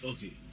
Okay